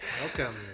welcome